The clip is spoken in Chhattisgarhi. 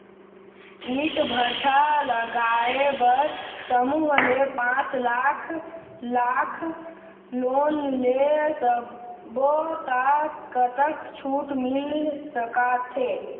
ईंट भट्ठा लगाए बर समूह ले पांच लाख लाख़ लोन ले सब्बो ता कतक छूट मिल सका थे?